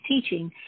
teaching